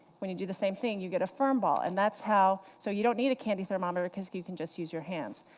when you do the same thing you get a firm ball. and that's how, so you don't need a candy thermometer, because you can just use your hands.